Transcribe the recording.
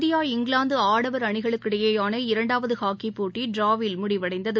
India இங்கிலாந்துஆடவர் அணிகளுக்கு இடையேயான இரண்டாவதஹாக்கிபோட்டிடிராவில் முடிவடைந்தது